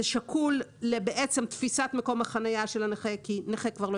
זה שקול לתפיסת מקום החניה של הנכה כי נכה כבר לא